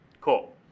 cool